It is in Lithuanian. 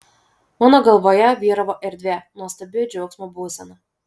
mano galvoje vyravo erdvė nuostabi džiaugsmo būsena